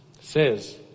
says